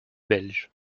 belge